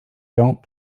don’t